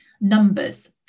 numbers